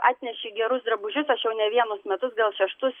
atneši gerus drabužius aš jau ne vienus metus gal šeštus